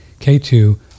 K2